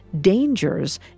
dangers